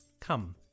Come